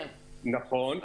נכון,